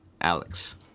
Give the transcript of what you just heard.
Alex